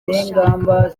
gushaka